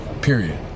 Period